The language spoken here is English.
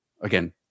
again